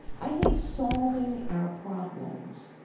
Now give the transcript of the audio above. i think solving our problems,